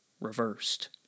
reversed